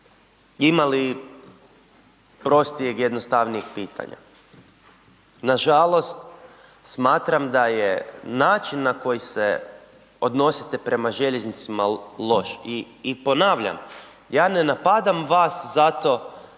Ima li prostijeg i jednostavnije pitanja, nažalost smatram da je način na koji se odnosite prema željeznicama loš i ponavljam ja ne napadam vas zato